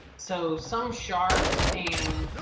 so some sharks and